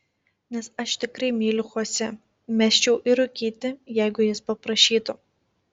nes aš tikrai myliu chosė mesčiau ir rūkyti jeigu jis paprašytų